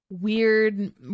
weird